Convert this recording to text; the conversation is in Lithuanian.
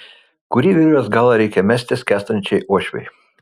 kurį virvės galą reikia mesti skęstančiai uošvei